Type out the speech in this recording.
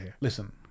listen